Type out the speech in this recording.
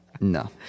No